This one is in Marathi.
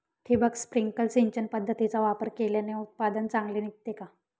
ठिबक, स्प्रिंकल सिंचन पद्धतीचा वापर केल्याने उत्पादन चांगले निघते का?